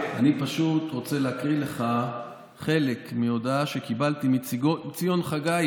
אני פשוט רוצה להקריא לך חלק מהודעה שקיבלתי מציון חגי,